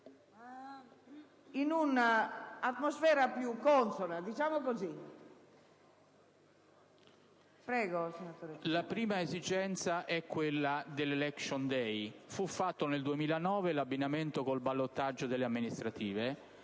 La prima esigenza è quella dell'*election day*. Nel 2009 fu fatto l'abbinamento con il ballottaggio delle amministrative.